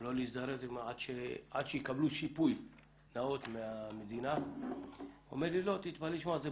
לא להזדרז עד שיקבלו שיפוי נאות מהמדינה - שבסוף,